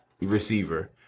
receiver